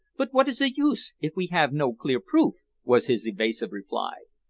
but what is the use, if we have no clear proof? was his evasive reply.